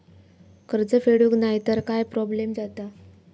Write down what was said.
कर्ज फेडूक नाय तर काय प्रोब्लेम जाता?